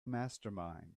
mastermind